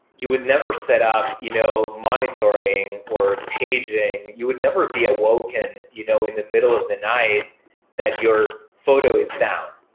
you would never set up you know monitoring or paging. you never be awoken you know in the middle of the night that your photo is down.